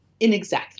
inexactly